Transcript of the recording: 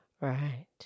Right